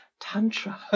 Tantra